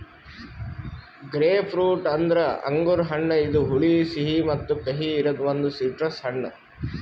grapefruit ಅಂದುರ್ ಅಂಗುರ್ ಹಣ್ಣ ಇದು ಹುಳಿ, ಸಿಹಿ ಮತ್ತ ಕಹಿ ಇರದ್ ಒಂದು ಸಿಟ್ರಸ್ ಹಣ್ಣು